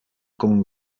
con